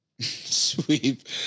Sweep